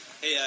Hey